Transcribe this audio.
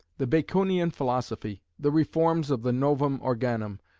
the baconian philosophy, the reforms of the novum organum,